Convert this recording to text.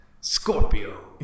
Scorpio